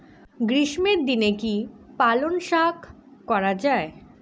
গ্রীষ্মের দিনে কি পালন শাখ করা য়ায়?